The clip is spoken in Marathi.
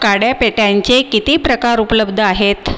काड्यापेट्यांचे किती प्रकार उपलब्ध आहेत